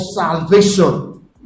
salvation